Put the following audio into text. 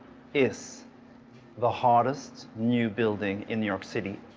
is the hottest new building in new york city.